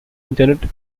internet